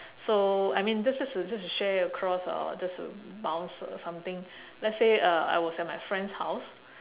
so I mean that's just to just to share across uh just to bounce uh something let's say uh I was at my friend's house